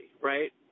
right